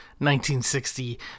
1960